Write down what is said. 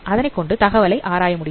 அதனைக்கொண்டு தகவலை ஆராய முடியும்